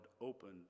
opened